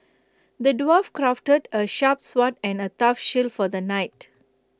the dwarf crafted A sharp sword and A tough shield for the knight